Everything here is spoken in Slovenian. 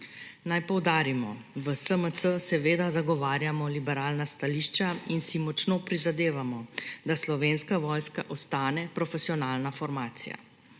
Naj poudarimo, v SMC seveda zagovarjamo liberalna stališča in si močno prizadevamo, da Slovenska vojska ostane profesionalna formacija,